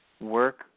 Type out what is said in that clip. work